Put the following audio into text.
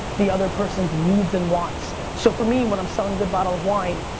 the other person's needs and wants. so for me, when i'm selling good bottle of wine,